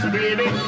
baby